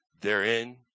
Therein